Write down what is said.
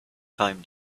time